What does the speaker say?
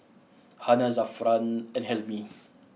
Hana Zafran and Hilmi